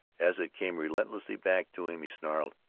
as it came relentlessly back to him he snarled,